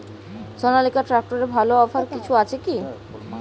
সনালিকা ট্রাক্টরে ভালো অফার কিছু আছে কি?